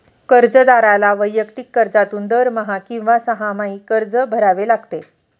कर्जदाराला वैयक्तिक कर्जातून दरमहा किंवा सहामाही कर्ज भरावे लागते